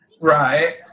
Right